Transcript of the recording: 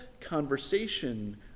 conversation